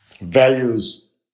values